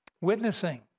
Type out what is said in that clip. Witnessing